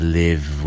live